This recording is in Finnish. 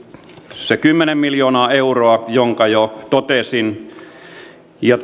se kymmenen miljoonaa euroa jonka jo totesin ja